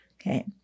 Okay